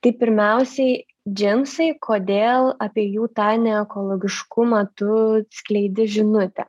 tai pirmiausiai džinsai kodėl apie jų tą neekologiškumą tu skleidi žinutę